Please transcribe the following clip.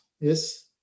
Yes